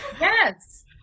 Yes